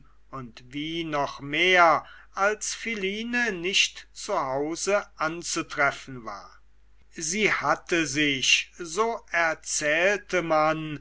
und wie noch mehr als philine nicht zu hause anzutreffen war sie hatte sich so erzählte man